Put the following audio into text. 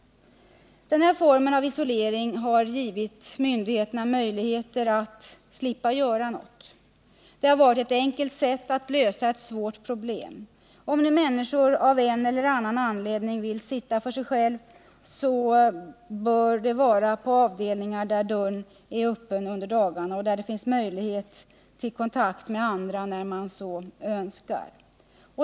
Den här formen av isolering har gett myndigheterna möjligheter att slippa göra något. Det har varit ett enkelt sätt att lösa ett svårt problem. Om nu människor av en eller annan anledning vill sitta för sig själva, så bör det vara på avdelningar där dörren är öppen under dagarna, där det finns möjligheter till kontakt med andra — när man så önskar.